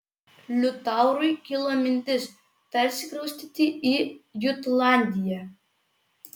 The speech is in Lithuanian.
liutaurui kilo mintis persikraustyti į jutlandiją